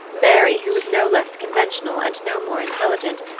mary, who was no less conventional, and no more intelligent,